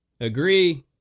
Agree